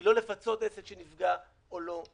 היא לא לפצות עסק שנפגע או לא.